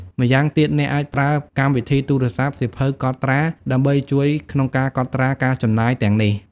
ម្យ៉ាងទៀត អ្នកអាចប្រើកម្មវិធីទូរស័ព្ទ សៀវភៅកត់ត្រា ដើម្បីជួយក្នុងការកត់ត្រាការចំណាយទាំងនេះ។